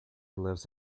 lives